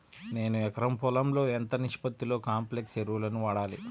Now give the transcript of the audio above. నేను ఎకరం పొలంలో ఎంత నిష్పత్తిలో కాంప్లెక్స్ ఎరువులను వాడాలి?